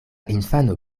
infano